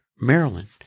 Maryland